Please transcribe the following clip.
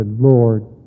Lord